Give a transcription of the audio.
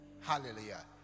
Hallelujah